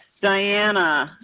diana,